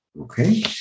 okay